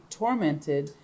tormented